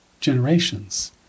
generations